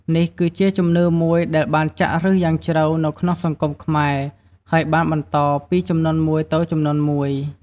នេះគឺជាជំនឿមួយដែលបានចាក់ឫសយ៉ាងជ្រៅនៅក្នុងសង្គមខ្មែរ ហើយបានបន្តពីជំនាន់មួយទៅជំនាន់មួយ។